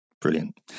Brilliant